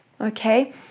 Okay